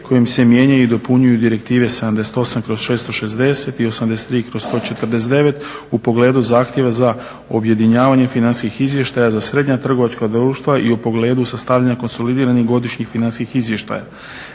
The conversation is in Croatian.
kojim se mijenjaju i dopunjuju direktive 78/660 i 83/149 u pogledu zahtjeva za objedinjavanje financijskih izvještaja za srednja trgovačka društva i u pogledu sastavljanja konsolidiranih godišnjih financijskih izvještaja.